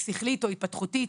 שכלית או התפתחותית,